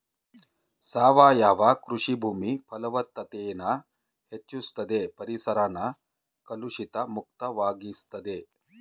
ಸಾವಯವ ಕೃಷಿ ಭೂಮಿ ಫಲವತ್ತತೆನ ಹೆಚ್ಚುಸ್ತದೆ ಪರಿಸರನ ಕಲುಷಿತ ಮುಕ್ತ ವಾಗಿಸ್ತದೆ